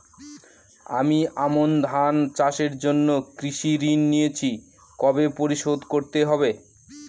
আমি আমন ধান চাষের জন্য কৃষি ঋণ নিয়েছি কবে পরিশোধ করতে হবে?